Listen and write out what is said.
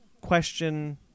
Question